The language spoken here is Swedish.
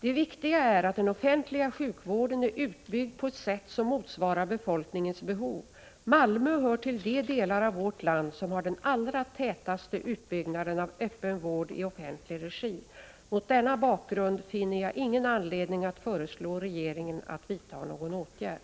Det viktiga är att den offentliga sjukvården är utbyggd på ett sätt som motsvarar befolkningens behov. Malmö hör till de delar av vårt land som har den allra tätaste utbyggnaden av öppen vård i offentlig regi. Mot denna bakgrund finner jag ingen anledning att föreslå regeringen att vidta någon åtgärd.